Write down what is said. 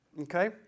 okay